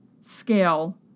scale